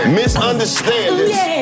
misunderstandings